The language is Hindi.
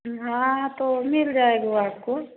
हाँ तो मिल जाएँगे आपको